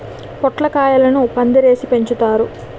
పొట్లకాయలను పందిరేసి పెంచుతారు